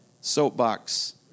Soapbox